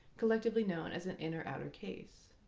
collectively known as an inner-outer case.